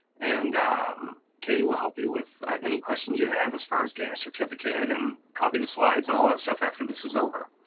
and um katie will help you with any questions you have, as far as getting a certificate and copy of the slides and all that stuff after this is over.